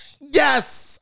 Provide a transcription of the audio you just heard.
yes